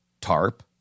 TARP